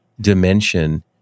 dimension